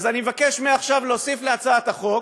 אז אני מבקש מעכשיו להוסיף להצעת החוק